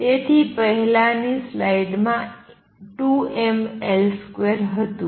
તેથી પહેલાંની સ્લાઇડ માં 2mL2 હતું